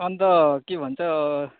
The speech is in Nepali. अन्त के भन्छ